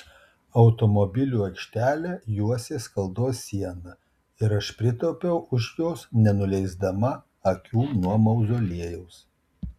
automobilių aikštelę juosė skaldos siena ir aš pritūpiau už jos nenuleisdama akių nuo mauzoliejaus